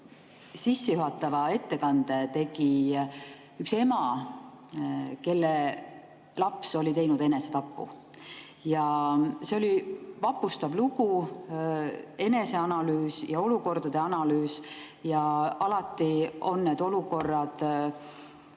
sissejuhatava ettekande tegi üks ema, kelle laps oli teinud enesetapu. See oli vapustav lugu, eneseanalüüs ja olukordade analüüs. Alati on need sellised